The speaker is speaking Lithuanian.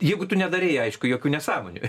jeigu tu nedarei aišku jokių nesąmonių